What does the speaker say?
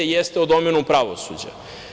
Jeste o domenu pravosuđa.